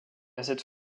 cette